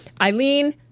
Eileen